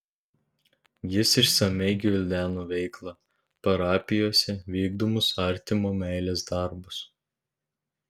jis išsamiai gvildeno veiklą parapijose vykdomus artimo meilės darbus